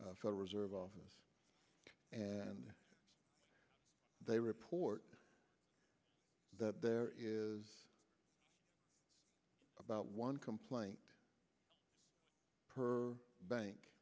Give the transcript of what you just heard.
federal reserve office and they report that there is about one complaint per bank